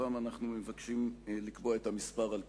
הפעם אנחנו מבקשים לקבוע את המספר על תשעה.